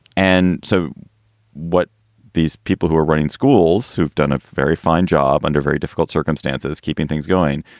and so what these people who are running schools, who've done a very fine job under very difficult circumstances, keeping things going,